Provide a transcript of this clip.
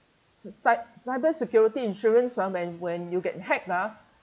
c~ cy~ cyber security insurance ah when when you get hacked ah